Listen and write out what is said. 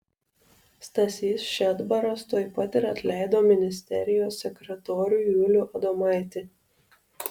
stasys šedbaras tuoj pat ir atleido ministerijos sekretorių julių adomaitį